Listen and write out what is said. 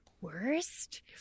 Worst